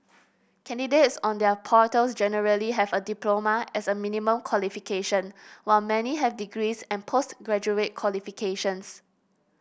candidates on their portals generally have a diploma as a minimum qualification while many have degrees and post graduate qualifications